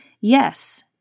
Yes